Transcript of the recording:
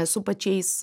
su pačiais